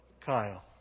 Kyle